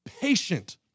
Patient